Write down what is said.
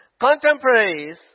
contemporaries